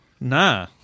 nah